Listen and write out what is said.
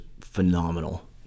phenomenal